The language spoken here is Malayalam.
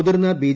മുതിർന്ന ബി